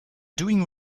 doing